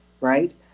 Right